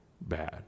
bad